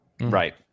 right